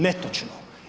Netočno.